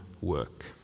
work